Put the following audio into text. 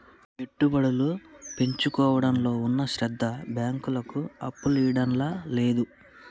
పెట్టుబడి పెట్టించుకోవడంలో ఉన్న శ్రద్ద బాంకులకు అప్పులియ్యడంల లేదు